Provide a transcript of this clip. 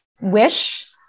wish